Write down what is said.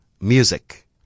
music